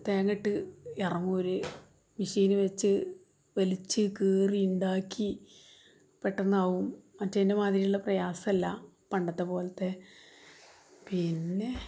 തേങ്ങയിട്ട് ഇറങ്ങും അവർ മെഷീൻ വച്ച് വലിച്ച് കയറി ഉണ്ടാക്കി പെട്ടെന്നാവും മറ്റേതിൻ്റെ മാതിരിയുള്ള പ്രയാസം ഇല്ല പണ്ടത്തെ പോലത്തെ പിന്നെ